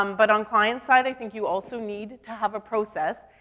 um but on client side, i think you also need to have a process.